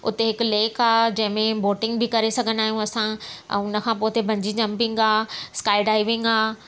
उते हिकु लेक आहे जंहिंमें बोटिंग बि करे सघंदा आहियूं असां ऐं उनखां पोइ हुते बंजी जंपिंग आहे स्काए डाइविंग आहे